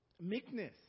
Meekness